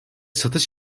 satış